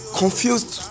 confused